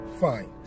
Fine